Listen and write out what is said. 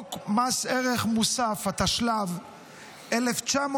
חוק מס ערך מוסף, התשל"ו 1975,